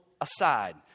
aside